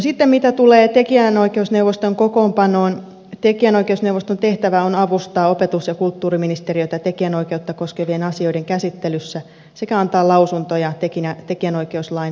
sitten mitä tulee tekijänoikeusneuvoston kokoonpanoon tekijänoikeusneuvoston tehtävä on avustaa opetus ja kulttuuriministeriötä tekijänoikeutta koskevien asioiden käsittelyssä sekä antaa lausuntoja tekijänoikeuslain soveltamisesta